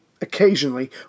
occasionally